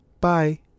Bye